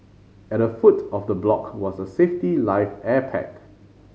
at the foot of the block was a safety life air pack